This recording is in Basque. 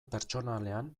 pertsonalean